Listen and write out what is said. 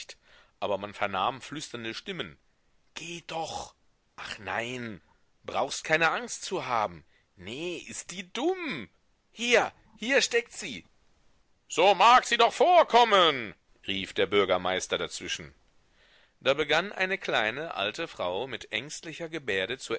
aber man vernahm flüsternde stimmen geh doch ach nein brauchst keine angst zu haben nee ist die dumm hier hier steckt sie so mag sie doch vorkommen rief der bürgermeister dazwischen da begann eine kleine alte frau mit ängstlicher gebärde